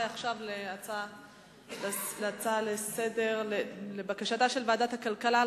אנחנו עוברים להודעתה של ועדת הכלכלה על